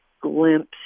glimpse